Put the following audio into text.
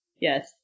Yes